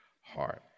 heart